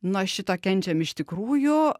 nuo šito kenčiam iš tikrųjų